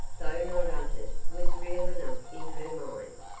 though not uttered, was real enough in her mind.